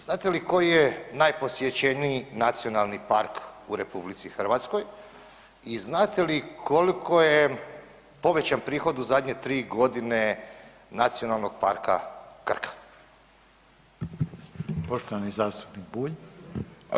Znate li koji je najposjećeniji nacionalni park u RH i znate li koliko je povećan prihod u zadnje 3 godine Nacionalnog parka Krka?